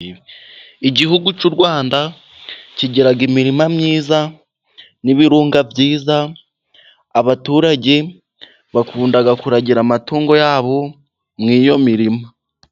Igihugu cy'urwanda, kigirama imirima myiza n'ibirunga byiza, abaturage bakunda kuragira amatungo yabo muri iyo mirima.